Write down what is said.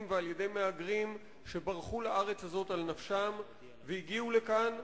ועל-ידי מהגרים שברחו על נפשם לארץ הזאת והגיעו לכאן.